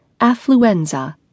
affluenza